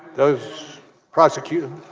those prosecuting